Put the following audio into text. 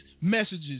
messages